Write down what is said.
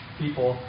people